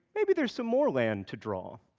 maybe there's some more land to draw.